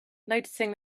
noticing